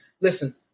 listen